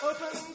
Open